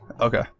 Okay